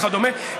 וכדומה,